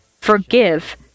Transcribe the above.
forgive